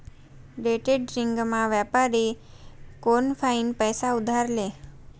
डेट्रेडिंगमा व्यापारी कोनफाईन पैसा उधार ले